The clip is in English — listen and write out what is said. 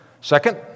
Second